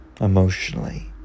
emotionally